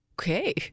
Okay